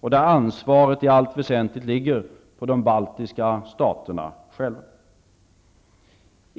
och där ansvaret i allt väsentligt ligger på de baltiska staterna själva.